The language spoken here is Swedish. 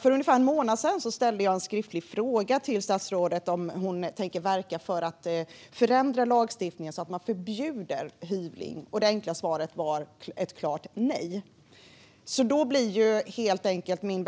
För ungefär en månad sedan ställde jag en skriftlig fråga till statsrådet om hon tänker verka för att förändra lagstiftningen så att hyvling förbjuds, och svaret var ett tydligt nej. Min